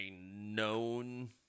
known